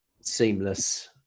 seamless